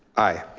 aye.